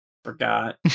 Forgot